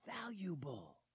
valuable